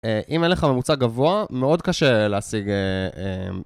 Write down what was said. אם אין לך ממוצע גבוה, מאוד קשה להשיג...